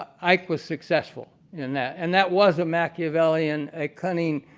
ike was successful in that. and that was a machiavellian, a cunning,